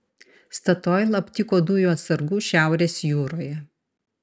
statoil aptiko dujų atsargų šiaurės jūroje